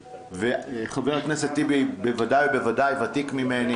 חבר הכנסת טיבי בוודאי ובוודאי ותיק ממני,